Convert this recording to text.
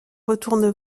retourne